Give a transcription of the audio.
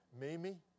Mimi